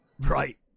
Right